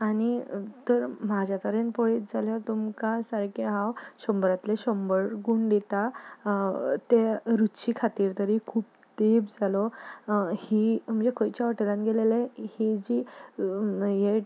आनी तर म्हाज्या तरेन पळयत जाल्यार तुमकां सारकें हांव शंबरांतले शंबर गूण दितां ते रुची खातीर तरी खूब तेंप जालो ही म्हणचे खंयच्याय हॉटेलांत गेलेले ही जी हें